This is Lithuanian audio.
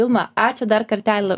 vilma ačiū dar kartelį